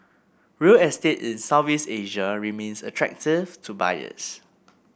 real estate in Southeast Asia remains attractive to buyers